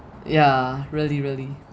yeah really really